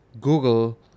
Google